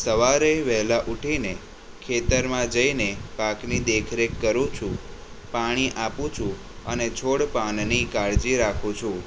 સવારે વહેલા ઊઠીને ખેતરમાં જઈને કાગની દેખરેખ કરું છું પાણી આપું છું અને છોડ પાનની કાળજી રાખું છું